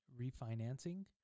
refinancing